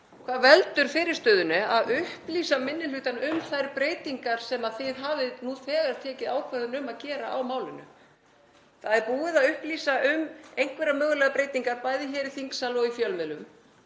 Hvað veldur fyrirstöðunni að upplýsa minni hlutann um þær breytingar sem þið hafið nú þegar tekið ákvörðun um að gera á málinu? Það er búið að upplýsa um einhverjar mögulegar breytingar, bæði hér í þingsal og í fjölmiðlum,